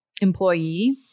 employee